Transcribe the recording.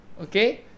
Okay